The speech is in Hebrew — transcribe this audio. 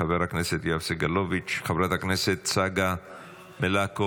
חבר הכנסת יואב סגלוביץ'; חברת הכנסת צגה מלקו,